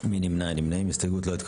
הסתייגות 2,